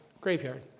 graveyard